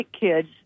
kids